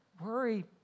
Worry